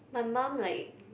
my mum like